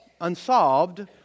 unsolved